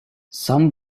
some